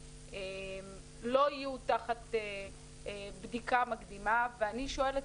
לא יהיו תחת בדיקה מקדימה ואני שואלת,